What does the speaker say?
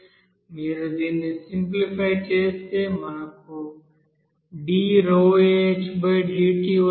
మీరు దీన్ని సింప్లిఫై చేస్తే మనకు ddt వస్తుంది